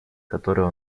которых